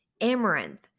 amaranth